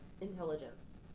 intelligence